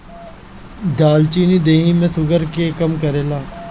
दालचीनी देहि में शुगर के कम करेला